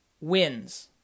wins